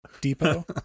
Depot